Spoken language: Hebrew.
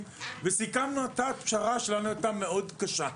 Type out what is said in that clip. וסיכמנו פשרה שהייתה לנו מאוד קשה.